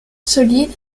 solide